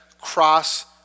cross